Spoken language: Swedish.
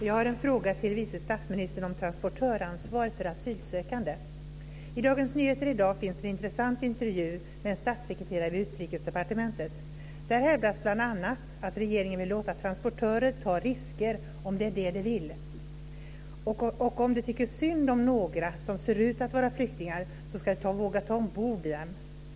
Fru talman! Jag har en fråga till vice statsministern. Den gäller transportörsansvar för asylsökande. I Dagens Nyheter finns i dag en intressant intervju med en statssekreterare vid Utrikesdepartementet. Där hävdas bl.a. att regeringen vill låta transportörer ta risker om det är det de vill, och att de om de tycker synd om några som ser ut att vara flyktingar ska våga ta ombord dem.